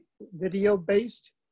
video-based